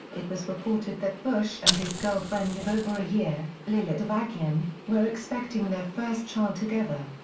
it was reported that bush and his girlfriend of over a year, lilit avagyan, were expecting their first child together.